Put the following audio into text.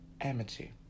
Amity